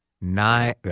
nine